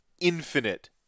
infinite